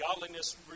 Godliness